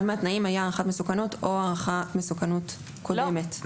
אחד מהתנאים היה הערכת מסוכנות או הערכת מסוכנות קודמת.